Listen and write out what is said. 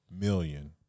million